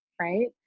right